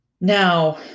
Now